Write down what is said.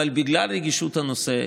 בגלל רגישות הנושא,